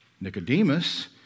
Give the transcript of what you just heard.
Nicodemus